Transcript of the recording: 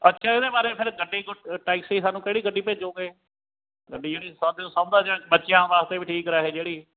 ਅੱਛਾ ਇਹਦੇ ਬਾਰੇ ਫਿਰ ਗੱਡੀ ਕੋਈ ਟੈਕਸੀ ਸਾਨੂੰ ਕਿਹੜੀ ਗੱਡੀ ਭੇਜੋਂਗੇ ਗੱਡੀ ਜਿਹੜੀ ਸਰਾਕਪੀਓ ਸਭ ਦਾ ਜਾਂ ਬੱਚਿਆਂ ਵਾਸਤੇ ਵੀ ਠੀਕ ਰਹੇ ਜਿਹੜੀ